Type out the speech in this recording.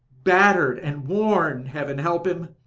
battered and worn. heaven help him.